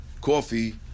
coffee